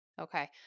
Okay